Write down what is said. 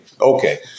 Okay